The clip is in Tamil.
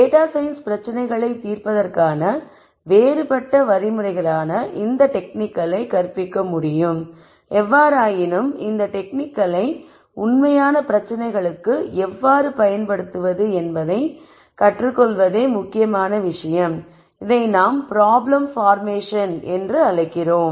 டேட்டா சயின்ஸ் பிரச்சனைகளை தீர்ப்பதற்கான வேறுபட்ட வழிமுறைகளாக இந்த டெக்னிக்களை கற்பிக்க முடியும் எவ்வாறாயினும் இந்த டெக்னிக்களை உண்மையான பிரச்சனைகளுக்கு எவ்வாறு பயன்படுத்துவது என்பதைக் கற்றுக்கொள்வதே முக்கியமான விஷயம் இதை நாம் ப்ராப்ளம் பார்மெஷன் என்று அழைக்கிறோம்